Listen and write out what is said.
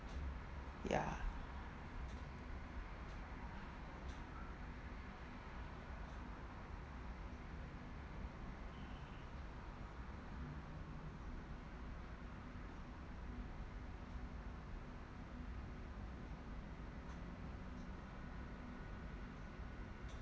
ya